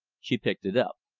she picked it up.